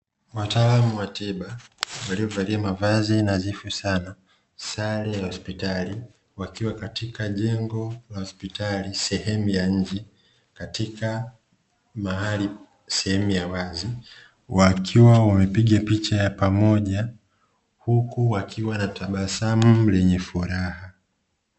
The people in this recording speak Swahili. Wataalamu wa tiba waliovalia mavazi nadhifu sana sare ya hospitali wakiwa katika jengo la hospitali sehemu ya nje katika mahali, sehemu ya wazi wakiwa wamepiga picha ya pamoja huku wakiwa na tabasamu lenye furaha.